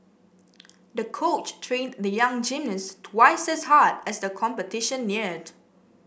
the coach trained the young gymnast twice as hard as the competition neared